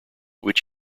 which